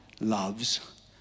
loves